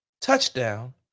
touchdown